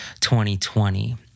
2020